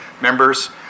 members